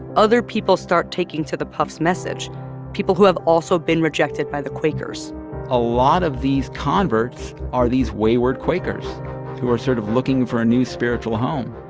other people start taking to the puf's message people who have also been rejected by the quakers a lot of these converts are these wayward quakers who are sort of looking for a new spiritual home.